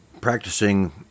practicing